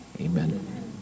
Amen